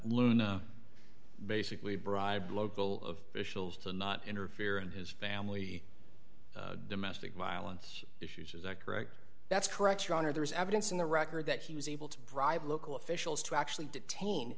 luna basically bribed local of vishal to not interfere in his family domestic violence issues is that correct that's correct your honor there is evidence in the record that he was able to bribe local officials to actually detain